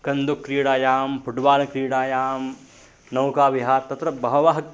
कन्दुकक्रीडायां football क्रीडायां नौकाविहारः तत्र बहवः